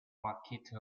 waikato